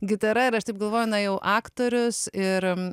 gitara ir aš taip galvoju na jau aktorius ir